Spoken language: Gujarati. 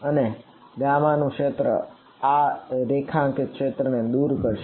અને ગામાનું ક્ષેત્ર આ રેખાંકિત ક્ષેત્રને દૂર કરશે